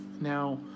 Now